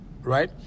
right